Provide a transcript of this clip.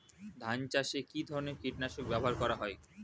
ধান চাষে কী ধরনের কীট নাশক ব্যাবহার করা হয়?